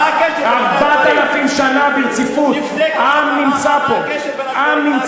מה הקשר, 4,000 שנה ברציפות העם נמצא פה.